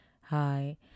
Hi